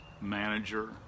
manager